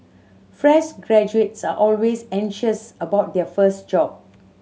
fresh graduates are always anxious about their first job